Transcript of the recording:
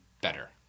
better